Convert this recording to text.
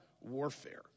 warfare